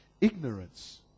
ignorance